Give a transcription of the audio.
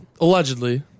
Allegedly